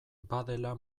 badela